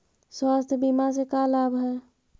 स्वास्थ्य बीमा से का लाभ है?